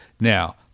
Now